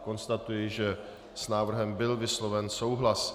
Konstatuji, že s návrhem byl vysloven souhlas.